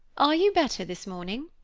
are you better, this morning?